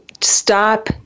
stop